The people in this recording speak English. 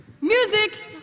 music